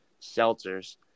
seltzers